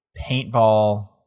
Paintball